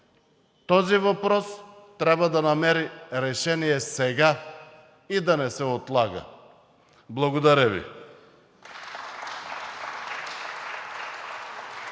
този въпрос трябва да намери решение сега и да не се отлага. Благодаря Ви.